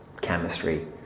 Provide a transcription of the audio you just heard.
chemistry